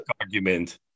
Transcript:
argument